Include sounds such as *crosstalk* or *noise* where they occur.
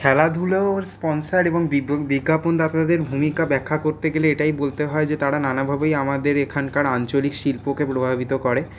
খেলাধুলোর স্পনসার *unintelligible* বিজ্ঞাপণ দাতাদের ভূমিকা ব্যাখ্যা করতে গেলে এটাই বলতে হয় যে তারা নানাভাবেই আমাদের এখানকার আঞ্চলিক শিল্পকে প্রভাবিত করে